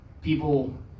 people